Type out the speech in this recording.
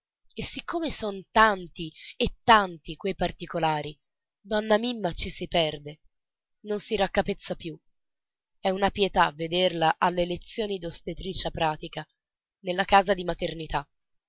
e siccome son tanti e tanti quei particolari donna mimma ci si perde non si raccapezza più è una pietà vederla alle lezioni d'ostetricia pratica nella casa di maternità